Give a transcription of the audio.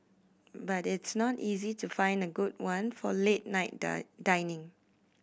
but it's not easy to find a good one for late night done dining